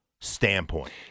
standpoint